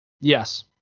Yes